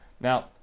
Now